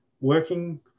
working